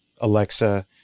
Alexa